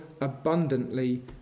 abundantly